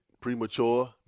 premature